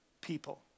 people